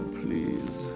please